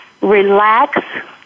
relax